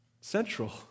Central